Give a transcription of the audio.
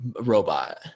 robot